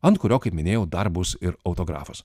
ant kurio kaip minėjau dar bus ir autografas